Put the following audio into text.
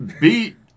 beat